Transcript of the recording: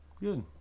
Good